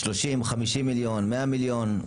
30 מיליון, 50 מיליון, 100 מיליון.